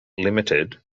limited